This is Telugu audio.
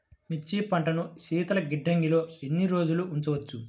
మిర్చి పంటను శీతల గిడ్డంగిలో ఎన్ని రోజులు ఉంచవచ్చు?